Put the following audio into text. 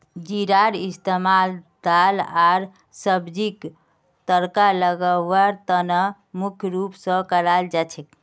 जीरार इस्तमाल दाल आर सब्जीक तड़का लगव्वार त न मुख्य रूप स कराल जा छेक